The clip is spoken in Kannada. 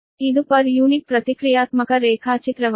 ಇದು ಪರ್ ಯೂನಿಟ್ ಪ್ರತಿಕ್ರಿಯಾತ್ಮಕ ರೇಖಾಚಿತ್ರವಾಗಿದೆ